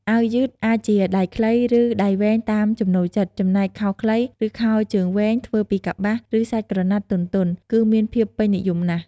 អាវយឺតអាចជាដៃខ្លី ឬដៃវែងតាមចំណូលចិត្ត ចំណែកខោខ្លី ឬខោជើងវែងធ្វើពីកប្បាស ឬសាច់ក្រណាត់ទន់ៗ គឺមានភាពពេញនិយមណាស់។